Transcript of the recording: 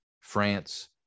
France